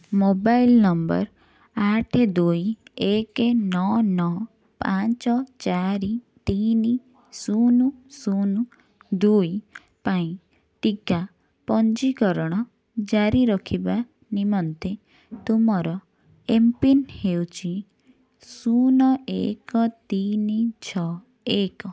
mobile number ଆଠ ଦୁଇ ଏକ ନଅ ନଅ ପାଞ୍ଚ ଚାରି ତିନି ଶୂନ ଶୂନ ଦୁଇ ପାଇଁ ଟିକା ପଞ୍ଜୀକରଣ ଜାରି ରଖିବା ନିମନ୍ତେ ତୁମର ଏମ୍ପିନ୍ ହେଉଛି ଶୂନ ଏକ ତିନି ଛଅ ଏକ